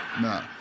no